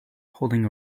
holding